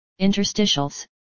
interstitials